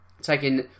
taking